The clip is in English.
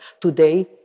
today